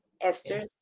Esther